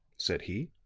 said he,